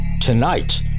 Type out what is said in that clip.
Tonight